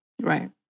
Right